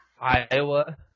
Iowa